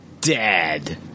dead